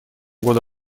года